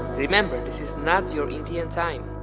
remember, this is not your indian time.